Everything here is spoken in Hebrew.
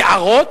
יערות?